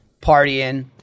partying